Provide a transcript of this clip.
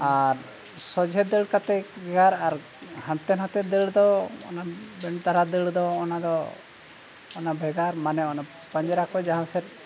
ᱟᱨ ᱥᱚᱡᱷᱮ ᱫᱟᱹᱲ ᱠᱟᱛᱮ ᱜᱮᱭᱟᱨ ᱟᱨ ᱦᱟᱱᱛᱮ ᱱᱟᱛᱮ ᱫᱟᱹᱲ ᱫᱚ ᱚᱱᱟ ᱵᱮᱱ ᱛᱟᱨᱟ ᱫᱟᱹᱲ ᱫᱚ ᱚᱱᱟ ᱫᱚ ᱚᱱᱟ ᱵᱷᱮᱜᱟᱨ ᱢᱟᱱᱮ ᱚᱱᱟ ᱯᱟᱸᱡᱨᱟ ᱠᱚ ᱡᱟᱦᱟᱸ ᱥᱮᱫ